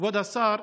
כבוד השר,